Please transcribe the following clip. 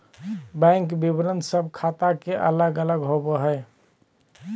bank विवरण सब ख़ाता के अलग अलग होबो हइ